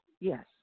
Yes